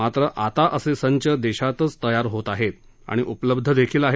मात्र आता असे किटस् देशातच तयार होत आहेत आणि उपलब्ध देखील आहेत